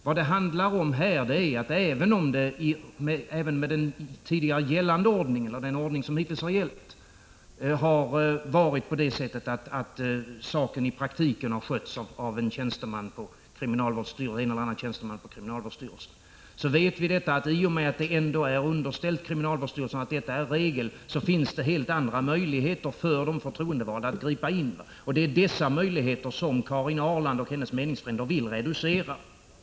I den hittills gällande ordningen har ärendena i praktiken skötts av en eller annan tjänsteman på kriminalvårdsstyrelsen. Men i och med att ärendena ändå varit underställda kriminalvårdsstyrelsen har det funnits helt andra möjligheter för de förtroendevalda att gripa in än vad som nu föreslås. Det är dessa möjligheter som Karin Ahrland och hennes meningsfränder vill reducera.